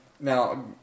now